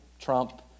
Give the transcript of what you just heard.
trump